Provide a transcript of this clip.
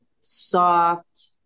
soft